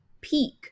peak